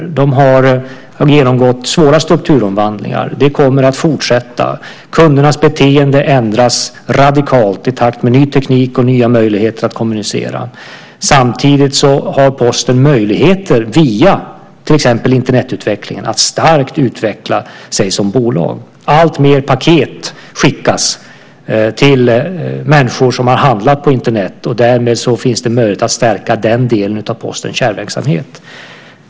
Posten har genomgått svåra strukturomvandlingar, och de kommer att fortsätta. Kundernas beteende ändras radikalt i takt med ny teknik och nya möjligheter att kommunicera. Samtidigt har Posten möjligheter via till exempel Internetutvecklingen att starkt utveckla sig som bolag. Alltfler paket skickas till människor som har handlat på Internet. Därmed finns det möjlighet att stärka den delen av Postens kärnverksamhet.